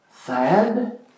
Sad